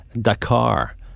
Dakar